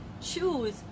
choose